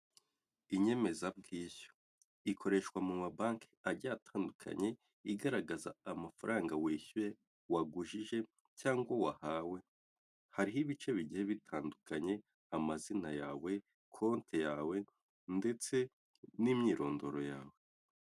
Inyemezabwishyu ikoreshwa mu mabanki agiye atandukanye igaragaza amafaranga wishyuye, wagujije cyangwa wahawe, hariho ibice bigiye bitandukanye, amazina yawe, konti yawe ndetse n'imyirondoro yawe.